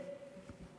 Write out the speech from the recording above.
ולגבי